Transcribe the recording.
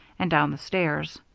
and down the stairs.